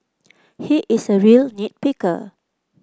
he is a real nit picker